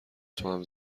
توام